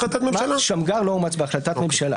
שמגר לא אומץ בהחלטת ממשלה.